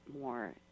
more